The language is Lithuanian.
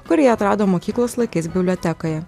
kurį atrado mokyklos laikais bibliotekoje